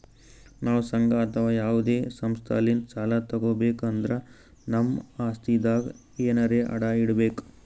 ನಾವ್ ಸಂಘ ಅಥವಾ ಯಾವದೇ ಸಂಸ್ಥಾಲಿಂತ್ ಸಾಲ ತಗೋಬೇಕ್ ಅಂದ್ರ ನಮ್ ಆಸ್ತಿದಾಗ್ ಎನರೆ ಅಡ ಇಡ್ಬೇಕ್